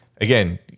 again